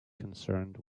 concerned